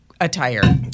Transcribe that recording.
attire